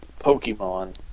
Pokemon